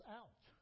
out